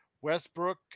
Westbrook